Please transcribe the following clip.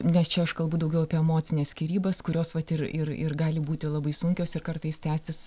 nes čia aš kalbu daugiau apie emocines skyrybas kurios vat ir ir ir gali būti labai sunkios ir kartais tęstis